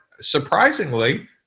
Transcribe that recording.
surprisingly